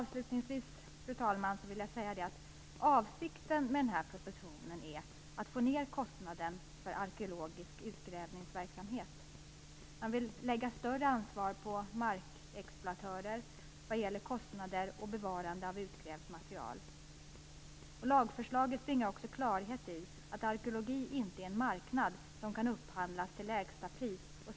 Avslutningsvis vill jag säga att avsikten med den här propositionen är att få ned kostnaden för arkeologisk utgrävningsverksamhet. Man vill lägga större ansvar på markexploatörer vad gäller kostnader och bevarande av utgrävt material. Lagförslaget bringar också klarhet i att arkeologi inte är en marknad som kan upphandlas till lägsta pris.